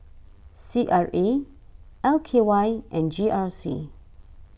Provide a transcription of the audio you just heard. C R A L K Y and G R C